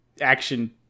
action